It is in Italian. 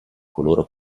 coloro